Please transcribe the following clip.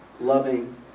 loving